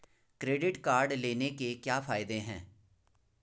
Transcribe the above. Credit card लेने के क्या फायदे हैं?